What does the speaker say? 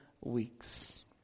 weeks